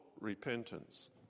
repentance